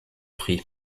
prix